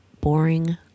boring